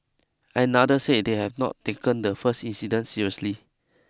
another said they had not taken the first incident seriously